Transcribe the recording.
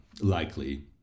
likely